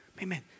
Amen